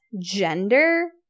gender